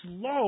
slow